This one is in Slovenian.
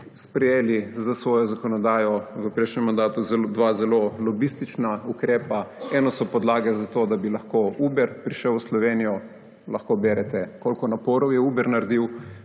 sprejeli s svojo zakonodajo v prejšnjem mandatu dva zelo lobistična ukrepa. Eno so podlage za to, da bi lahko Uber prišel v Slovenijo, lahko berete, koliko naporov je Uber naredil